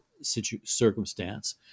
circumstance